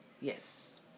yes